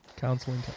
Counseling